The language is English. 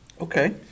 Okay